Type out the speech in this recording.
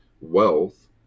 wealth